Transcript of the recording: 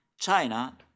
China